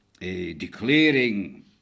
declaring